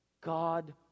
God